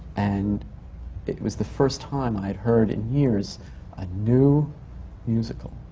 and it was the first time i've heard in years a new musical,